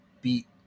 beat